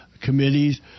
committees